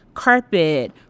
carpet